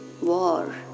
war